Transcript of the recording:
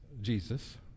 Jesus